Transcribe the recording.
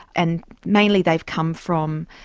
and mainly they've come from,